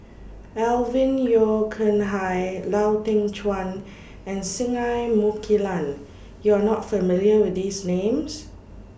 Alvin Yeo Khirn Hai Lau Teng Chuan and Singai Mukilan YOU Are not familiar with These Names